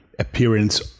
Appearance